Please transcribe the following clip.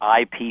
IP